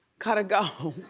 gotta go.